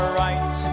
right